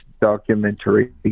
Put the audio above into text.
documentary